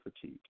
fatigue